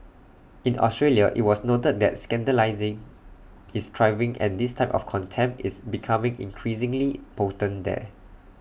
in Australia IT was noted that scandalising is thriving and this type of contempt is becoming increasingly potent there